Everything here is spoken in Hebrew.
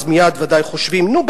מייד ודאי חושבים: נו,